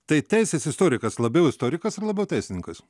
tai teisės istorikas labiau istorikas ar labiau teisininkas